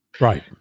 Right